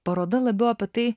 paroda labiau apie tai